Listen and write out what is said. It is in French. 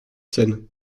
seine